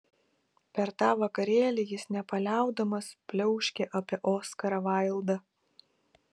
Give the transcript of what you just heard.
per tą vakarėlį jis nepaliaudamas pliauškė apie oskarą vaildą